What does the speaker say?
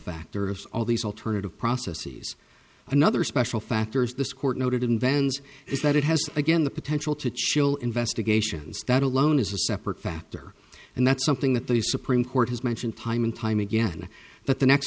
factor of all these alternative processes another special factors this court noted in vans is that it has again the potential to chill investigations that alone is a separate factor and that's something that the supreme court has mentioned time and time again that the next